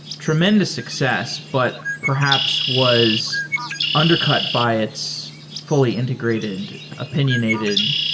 tremendous success but perhaps was undercut by its fully integrated, opinionated,